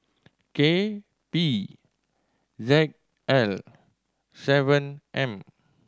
K P Z L seven M